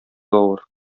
авыр